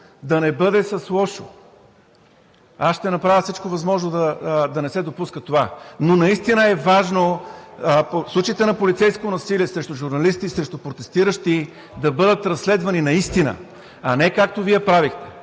да не бъде с лошо. Аз ще направя всичко възможно да не се допуска това. Но наистина е важно случаите на полицейско насилие срещу журналисти, срещу протестиращи да бъдат разследвани наистина, а не както Вие правехте.